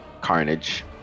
carnage